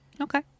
Okay